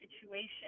situation